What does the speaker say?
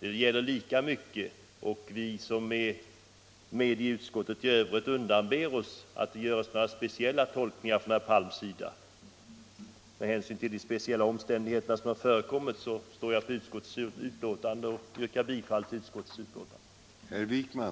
Det gäller lika mycket, och vi andra som är med i utskottet undanber oss några speciella tolkningar från herr Palm. Med hänsyn till de speciella omständigheter som förevarit står jag bakom utrikesutskottets betänkande och ber att få yrka bifall till utskottets hemställan.